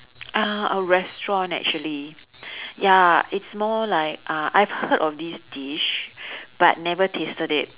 uh a restaurant actually ya it's more like uh I've heard of this dish but never tasted it